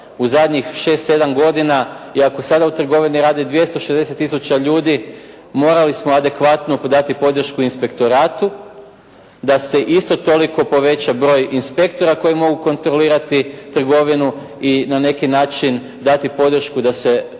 u zadnjih 6, 7 godina i ako sada u trgovini radi 260 tisuća ljudi, morali smo adekvatno dati podršku inspektoratu da se isto toliko poveća broj inspektora koji mogu kontrolirati trgovinu i na neki način dati podršku da se